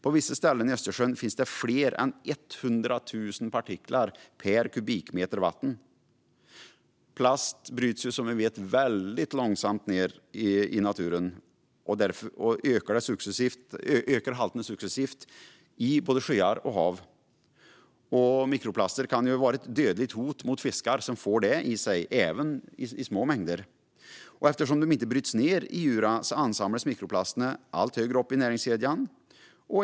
På vissa ställen i Östersjön finns fler än 100 000 partiklar per kubikmeter vatten. Vi vet att plast bryts ned väldigt långsamt i naturen. Därför ökar halterna successivt i både sjöar och hav. Mikroplaster kan vara ett dödligt hot mot fiskar som får i sig partiklarna även i små mängder. Eftersom de inte bryts ned i djuren ansamlas mikroplasterna allt högre upp i näringskedjan.